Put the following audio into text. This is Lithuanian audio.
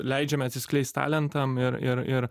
leidžiame atsiskleist talentam ir ir ir